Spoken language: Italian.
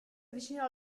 avvicinò